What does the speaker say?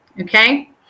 Okay